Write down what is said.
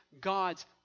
God's